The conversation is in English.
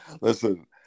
Listen